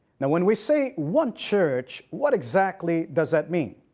now when we say one church, what exactly does that mean?